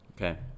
Okay